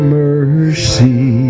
mercy